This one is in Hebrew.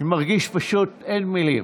פשוט אין מילים.